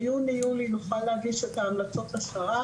הזהותי שלו ולקבל את הזהות של האחר.